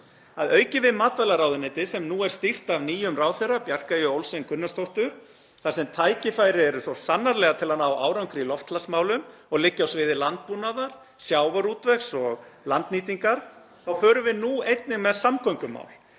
að auki við matvælaráðuneytið sem nú er stýrt af nýjum ráðherra, Bjarkeyju Olsen Gunnarsdóttur. Þar eru svo sannarlega tækifæri til að ná árangri í loftslagsmálum og liggja þau á sviði landbúnaðar, sjávarútvegs og landnýtingar. Þá förum við nú einnig með samgöngumál